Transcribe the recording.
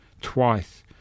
twice